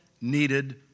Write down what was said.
needed